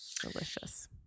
Delicious